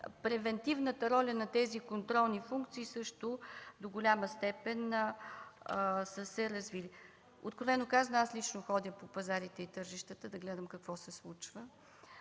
превантивната роля на тези контролни функции също до голяма степен са се развили. Откровено казано, аз лично ходя по пазарите и тържищата да гледам какво се случва.